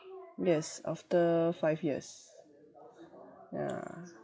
yes after five years yeah